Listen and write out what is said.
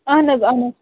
اَہَن حظ اَہَن حظ